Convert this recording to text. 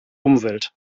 umwelt